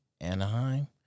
anaheim